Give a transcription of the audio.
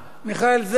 שום דבר.